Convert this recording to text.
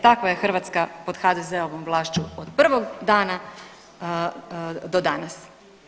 Takva je Hrvatska pod HDZ-ovom vlašću od prvog dana do danas.